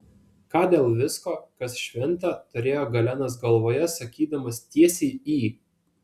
ką dėl visko kas šventa turėjo galenas galvoje sakydamas tiesiai į